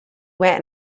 went